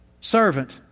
servant